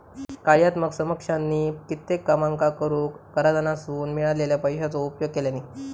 कार्यात्मक समकक्षानी कित्येक कामांका करूक कराधानासून मिळालेल्या पैशाचो उपयोग केल्यानी